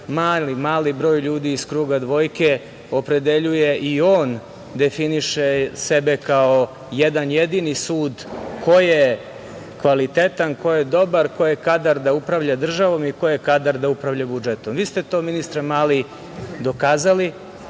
jedan mali broj ljudi iz kruga dvojke opredeljuje i on definiše sebe kao jedan jedini sud ko je kvalitetan, ko je dobar, ko je kadar da upravlja državom i ko je kadar da upravlja budžetom. Vi ste to, ministre Mali, dokazali.